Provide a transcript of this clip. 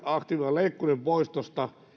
aktiivimallileikkurin poistosta